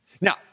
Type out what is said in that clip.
Now